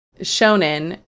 Shonen